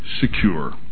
secure